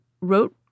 wrote